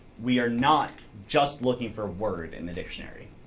we are not just looking for word in the dictionary.